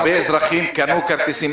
הרבה אזרחים קנו כרטיסים,